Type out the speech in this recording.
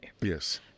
Yes